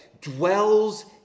dwells